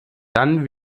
dann